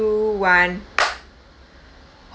two one